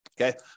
Okay